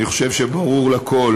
אני חושב שברור לכול